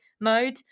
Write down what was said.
mode